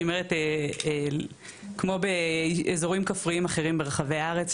אני אומרת כמו באזורים כפריים אחרים ברחבי הארץ,